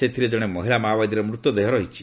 ସେଥିରେ ଜଣେ ମହିଳା ମାଓବାଦୀର ମୃତଦେହ ରହିଛି